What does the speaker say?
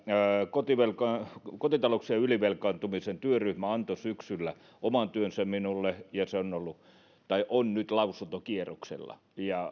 kotitalouksien kotitalouksien ylivelkaantumisen työryhmä antoi syksyllä oman työnsä minulle ja se on ollut tai on nyt lausuntokierroksella